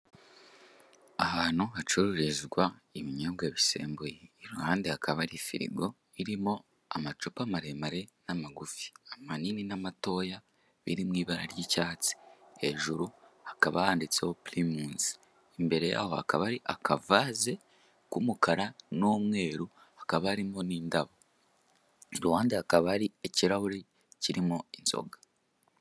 Ahantu hacururizwa ibinyobwa bisembuye, iruhande hakaba hari firigo irimo amacupa maremare n'amagufi, amanini n'amatoya biri mu ibara ry'icyatsi, hejuru hakaba handitseho pirimusi, imbere yaho hakaba hari akavazi k'umukara n'umweru hakaba harimo n'indabo, iruhande hakaba hari ikirahuri kirimo inzoga.